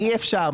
אי-אפשר,